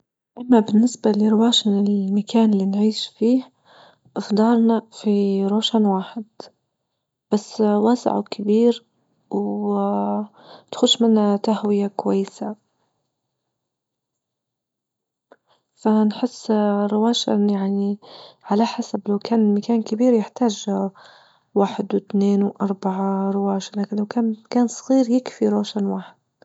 أما بالنسبة لرواشن المكان اللي نعيش فيه أفضالنا في روشن واحد بس واسع وكبير واه تخش منه تهوية كويسة، فهنحس اه رواشن يعني على حسب لو كان المكان كبير يحتاج واحد واثنين وأربعة رواشن أنو كان مكان صغير يكفي روشن واحد.